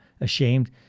ashamed